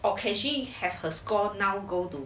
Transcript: or can she have her score now go to